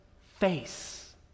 face